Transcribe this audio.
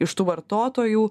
iš tų vartotojų